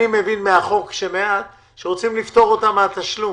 מבין מהחוק זה שרוצים לפתור אותם מהתשלום,